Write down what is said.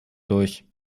durch